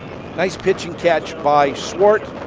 nice pitch and catch by swart